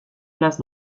place